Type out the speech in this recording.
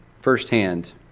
firsthand